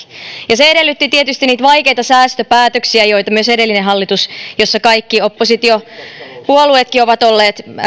ja se edellytti tietysti niitä vaikeita säästöpäätöksiä joita myös edellinen hallitus jossa kaikki oppositiopuolueetkin ovat olleet